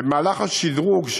במהלך השדרוג,